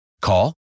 Call